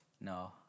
No